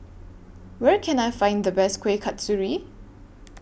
Where Can I Find The Best Kuih Kasturi